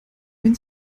wenn